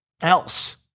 else